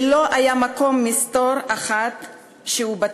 ולא היה מקום מסתור אחד בטוח.